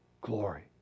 glory